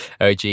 OG